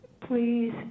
please